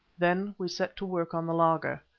then we set to work on the laager.